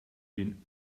den